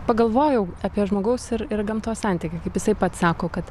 pagalvojau apie žmogaus ir ir gamtos santykį kaip jisai pats sako kad